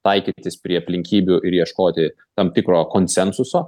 taikytis prie aplinkybių ir ieškoti tam tikro konsensuso